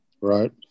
Right